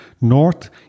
north